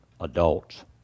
adults